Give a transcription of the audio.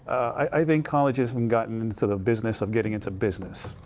i think college has gotten and to the business of getting into business.